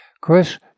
Chris